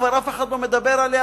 כבר אף אחד לא מדבר עליה,